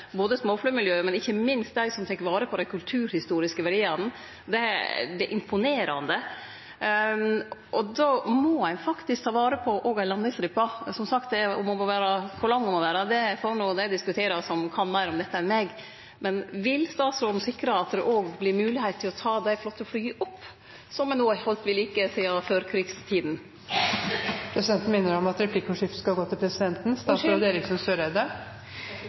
både småflymiljøet og ikkje minst dei som tek vare på dei kulturhistoriske verdiane, det er imponerande – må vere at ein òg må ta vare på ei landingsstripe. Som sagt: Kor lang ho må vere, får no dei som kan meir om dette enn eg, diskutere, men vil statsråden sikre at det òg vert mogleg å ta opp dei flotte flya som ein har halde ved like sidan førkrigstida? Presidenten minner om at replikker skal gå via presidenten.